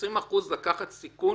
אלא 20% לקחת סיכון